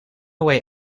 away